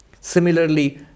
Similarly